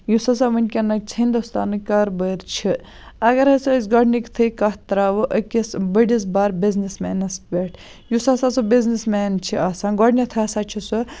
یُس ہَسا وٕنکیٚنٕچ ہِندوستانٕکۍ کاربٲر چھِ اگر ہَسا أسۍ گۄڈٕنِکتھٕے کتھ تراوو أکِس بٔڑس بار بِزنٮ۪س مینَس پٮ۪ٹھ یُس ہَسا سُہ بِزنٮ۪س مین چھِ آسان گۄڈٕنیٚتھ ہَسا چھُ سُہ